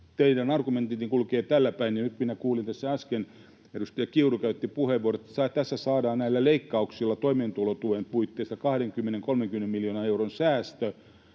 Teidän argumenttinne kulkee täällä päin. Ja nyt minä kuulin tässä äsken, edustaja Kiuru käytti puheenvuoron, että tässä saadaan, näillä leikkauksilla, toimeentulotuen puitteissa 20—30 miljoonan euron säästö,